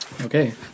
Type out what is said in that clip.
Okay